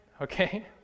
okay